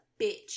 bitch